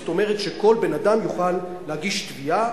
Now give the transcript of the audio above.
זאת אומרת שכל בן-אדם יוכל להגיש תביעה,